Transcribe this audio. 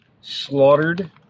slaughtered